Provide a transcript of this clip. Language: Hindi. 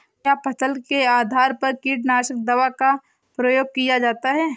क्या फसल के आधार पर कीटनाशक दवा का प्रयोग किया जाता है?